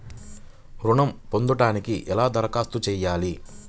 ఋణం పొందటానికి ఎలా దరఖాస్తు చేయాలి?